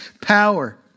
power